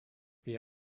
wie